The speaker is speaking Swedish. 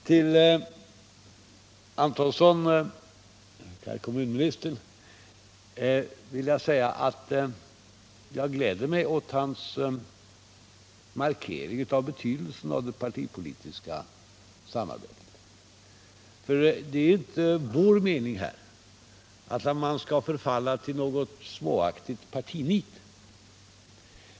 Till kommunministern Johannes Antonsson vill jag säga att jag gläder mig åt hans markering av betydelsen av det partipolitiska samarbetet. Det är inte vår mening att man skall förfalla till något småaktigt partinit.